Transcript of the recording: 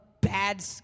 bad